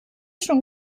schon